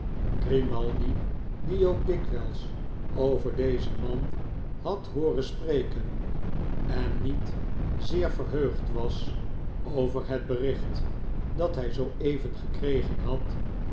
die ook dikwijls over dezen man jozef geimaldi had hooren spreken en niet zeer verheugd was over het bericht dat hij zoo even gekregen had